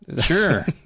Sure